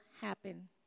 happen